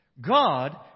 God